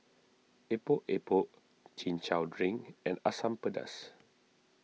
Epok Epok Chin Chow Drink and Asam Pedas